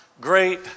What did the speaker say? great